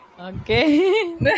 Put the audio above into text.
Okay